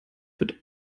wird